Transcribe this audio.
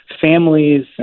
families